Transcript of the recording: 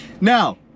now